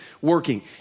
working